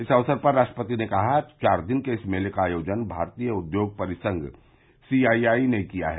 इस अवसर पर राष्ट्रपति ने कहा चार दिन के इस मेले का आयोजन भारतीय उद्योग परिसंघ सी आई आई ने किया है